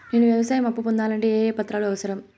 నేను వ్యవసాయం అప్పు పొందాలంటే ఏ ఏ పత్రాలు అవసరం?